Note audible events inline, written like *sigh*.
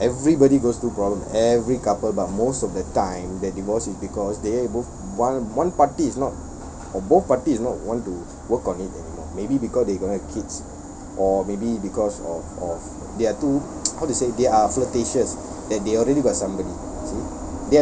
everybody goes through problem every couple but most of the time they divorce is because they both one one party is not or both party is not want to work on it anymore maybe because they don't have kids or maybe because of of they are too *noise* how to say they are flirtatious that they already got somebody